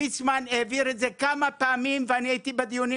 ליצמן העביר את זה כמה פעמים ואני הייתי בדיונים